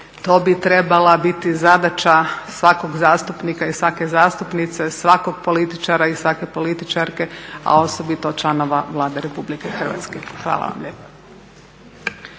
to bi trebala biti zadaća svakog zastupnika i svake zastupnice, svakog političara i svake političarke a osobito članova Vlade Republike Hrvatske. Hvala vam lijepa.